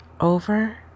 Over